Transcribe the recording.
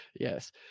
Yes